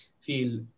feel